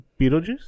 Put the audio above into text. Beetlejuice